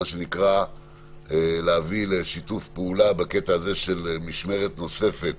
להביא לשיתוף פעולה של משמרת נוספת